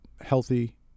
healthy